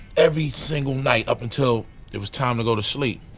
every single night up until it was time to go to sleep.